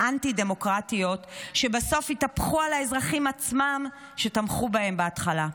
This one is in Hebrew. אנטי-דמוקרטיות שבסוף התהפכו על האזרחים עצמם שתמכו בהן בהתחלה.